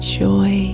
joy